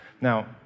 Now